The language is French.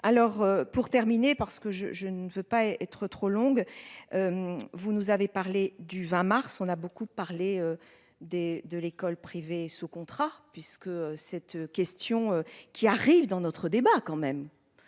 Alors pour terminer parce que je, je ne veux pas être trop longue. Vous nous avez parlé du 20 mars. On a beaucoup parlé des de l'école privée sous contrat puisque cette question qui arrive dans notre débat quand même